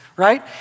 Right